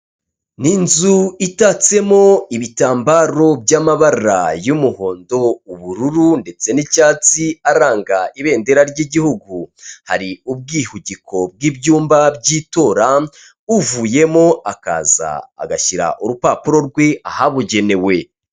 Ni inzu itatsemo ibitambaro by'amabara y'umuhondo, ubururu ndetse n'icyatsi aranga ibendera ry'igihugu, hari ubwihugiko bw'ibyumba by'itora uvuyemo akaza agashyira urupapuro rwe ahabugenewe.